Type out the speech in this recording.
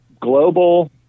Global